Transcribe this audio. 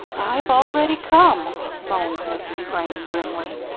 i've already come, moaned mrs. crane, grimly.